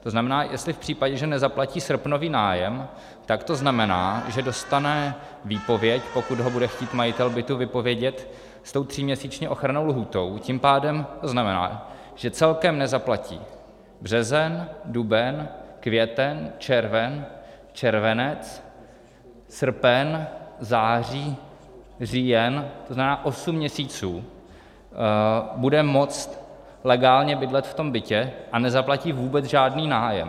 To znamená, jestli v případě, že nezaplatí srpnový nájem, tak to znamená, že dostane výpověď, pokud ho bude chtít majitel bytu vypovědět s tou tříměsíční ochrannou lhůtou, tím pádem to znamená, že celkem nezaplatí březen, duben, květen, červen, červenec, srpen, září, říjen, to znamená osm měsíců bude moct v tom bytě legálně bydlet a nezaplatí vůbec žádný nájem.